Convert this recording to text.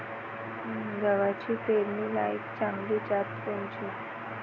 गव्हाची पेरनीलायक चांगली जात कोनची?